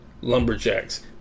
Lumberjacks